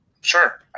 sure